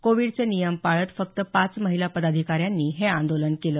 कोविडचे नियम पाळत फक्त पाच महिला पदाधिकाऱ्यांनी हे आंदोलन केलं